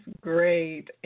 great